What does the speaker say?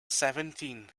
seventeen